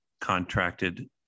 contracted